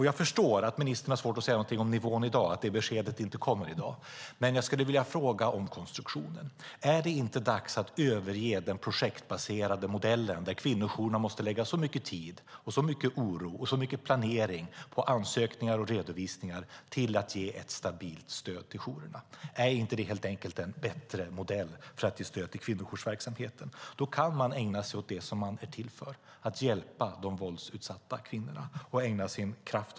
Jag förstår att ministern har svårt att säga något om nivån och att det beskedet inte kommer i dag. Jag vill dock fråga om konstruktionen. Är det inte dags att överge den projektbaserade modellen där kvinnojourerna måste lägga så mycket tid, oro och planering på ansökningar och redovisningar och ge ett stabilt stöd till jourerna? Är det inte en bättre modell för att ge stöd till kvinnojoursverksamheten? Då kan man ägna sig åt och lägga sin kraft på det som man är till för, nämligen att hjälpa de våldsutsatta kvinnorna.